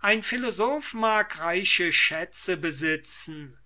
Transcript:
ein philosoph mag reiche schätze besitzen